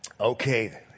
Okay